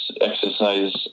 exercise